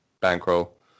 bankroll